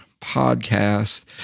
podcast